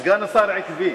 סגן השר עקבי.